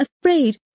afraid